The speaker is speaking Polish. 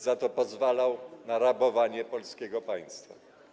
za to pozwalał na rabowanie polskiego państwa.